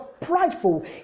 prideful